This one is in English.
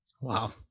wow